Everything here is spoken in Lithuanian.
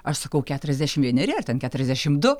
aš sakau keturiasdešimt vieneri ar ten keturiasdešimt du